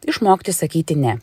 išmokti sakyti ne